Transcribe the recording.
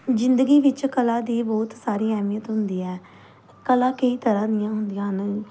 ਜ਼ਿੰਦਗੀ ਵਿੱਚ ਕਲਾ ਦੀ ਬਹੁਤ ਸਾਰੀ ਅਹਿਮੀਅਤ ਹੁੰਦੀ ਹੈ ਕਲਾ ਕਈ ਤਰ੍ਹਾਂ ਦੀਆਂ ਹੁੰਦੀਆਂ ਹਨ